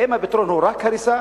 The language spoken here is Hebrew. האם הפתרון הוא רק הריסה?